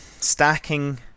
Stacking